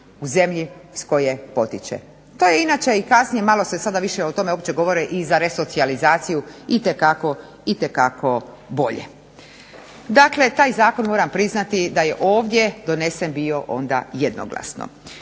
zemlji iz koje potiče. To je inače i kasnije, malo se sada više uopće govori i za resocijalizaciju itekako bolje. Dakle, taj zakon moram priznati da je ovdje donesen bio onda jednoglasno.